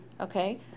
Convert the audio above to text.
okay